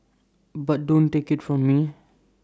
but don't take IT from me